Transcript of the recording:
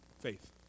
faith